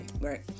right